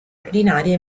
ordinaria